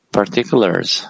particulars